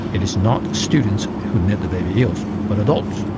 it is not students who net the baby eels, but adults.